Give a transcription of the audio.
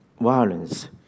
violence